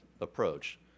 approach